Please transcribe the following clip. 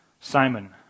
Simon